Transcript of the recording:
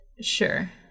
Sure